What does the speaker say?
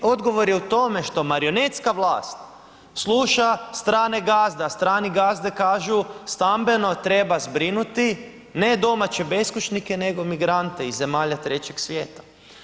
Odgovor je u tome što marionetska vlast sluša strane gazde, a strani gazde kažu stambeno treba zbrinuti ne domaće beskućnike, nego migrante iz zemalja trećeg svijeta.